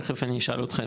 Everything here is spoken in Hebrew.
תיכף אני אשאל אותם,